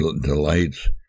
delights